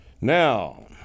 Now